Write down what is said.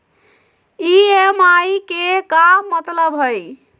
EMI के का मतलब हई?